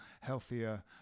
healthier